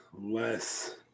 less